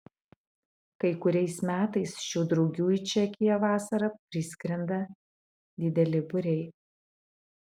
kai kuriais metais šių drugių į čekiją vasarą priskrenda dideli būriai